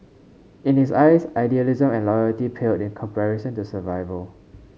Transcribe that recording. in his eyes idealism and loyalty paled in comparison to survival